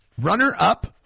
runner-up